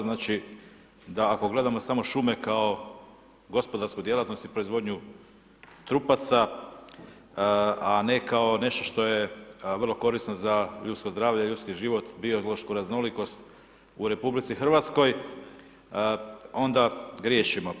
Znači, da ako gledamo samo šume kao gospodarsku djelatnost i proizvodnju trupaca, a ne kao nešto što je vrlo korisno za ljudsko zdravlje i ljudski život, biološku raznolikost u RH, onda griješimo.